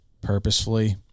purposefully